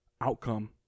outcome